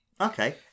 Okay